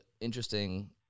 interesting